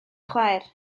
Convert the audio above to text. chwaer